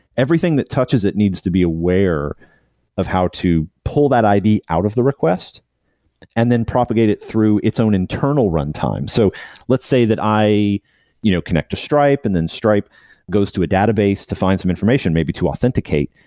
everything that touches it needs to be aware of how to pull that id out of the request and then propagate it through its own internal runtime. so let's say that i you know connect to stripe and then stripe goes to a database to find some information, maybe to authenticate,